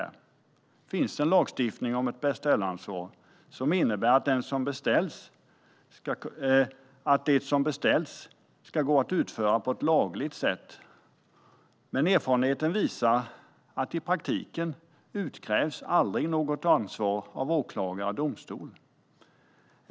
Det finns en lagstiftning om ett beställaransvar, som innebär att det som beställs ska gå att utföra på ett lagligt sätt. Men erfarenheten visar att något ansvar aldrig utkrävs i praktiken av åklagare och domstol.